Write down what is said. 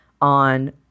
on